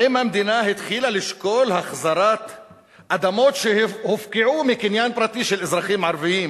האם המדינה התחילה לשקול החזרת אדמות שהופקעו מקניין פרטי של אזרחים ערבים